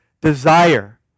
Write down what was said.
desire